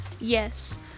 yes